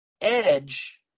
Edge